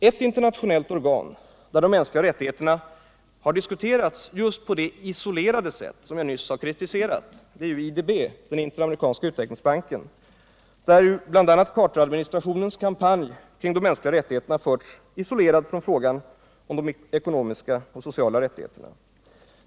Ett internationellt organ där de mänskliga rättigheterna har diskuterats just på det isolerade sätt som jag nyss har kritisterat är IDB, den interamerikanska utvecklingsbanken, där bl.a. Carteradministrationens kampanj kring de mänskliga rättigheterna förs isolerad från frågan om de ekonomiska och sociala rättigheterna.